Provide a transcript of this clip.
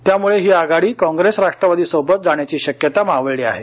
त्यामुळे ही आघाडी काँग्रेस राष्ट्रवादी सोबत जाण्याची शक्यता मावळली आहे